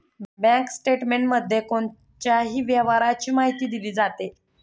bank स्टेटमेंटमध्ये कोणाच्याही व्यवहाराची माहिती दिली जाते